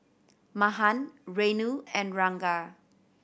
Mahan Renu and Ranga